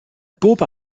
bob